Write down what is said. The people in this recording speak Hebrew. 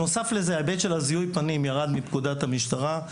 בנוסף, ההיבט של זיהוי הפנים ירד מפקודת המשטרה.